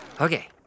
Okay